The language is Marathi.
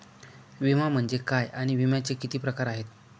विमा म्हणजे काय आणि विम्याचे किती प्रकार आहेत?